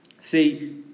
See